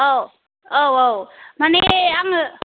औ औ औ माने आङो